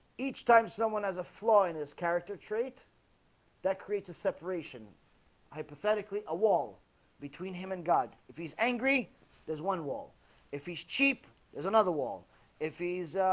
each time someone has a flaw in his character trait that creates a separation hypothetically a wall between him and god if he's angry there's one wall if he's cheap there's another wall if he's